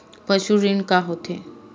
पशु ऋण का होथे?